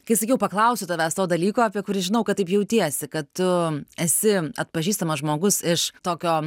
kai sakiau paklausiu tavęs to dalyko apie kurį žinau kad taip jautiesi kad tu esi atpažįstamas žmogus iš tokio